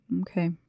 Okay